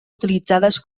utilitzades